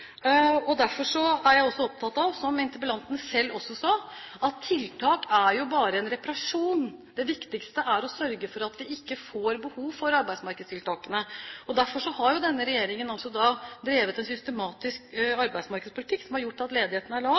og derfor er jeg også opptatt av, som interpellanten selv sa, at tiltak bare er en reparasjon. Det viktigste er å sørge for at vi ikke får behov for arbeidsmarkedstiltakene. Derfor har denne regjeringen også drevet en systematisk arbeidsmarkedspolitikk som har gjort at ledigheten er lav,